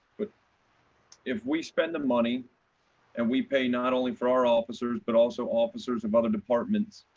but if we spend the money and we pay not only for our officers, but also officers of other departments,